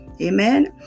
Amen